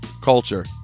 culture